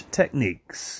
techniques